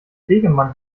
stegemann